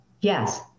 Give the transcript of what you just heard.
Yes